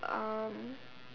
um